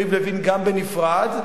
הבעיה בהצעת החוק